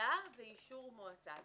--- העיריה באישור מועצה.